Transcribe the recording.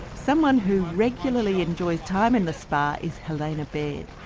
someone who regularly enjoys time in the spa is helena baird.